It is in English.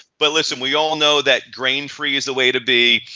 but listen we all know that grain-free is the way to be,